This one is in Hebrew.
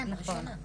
כן, נכון.